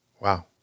Wow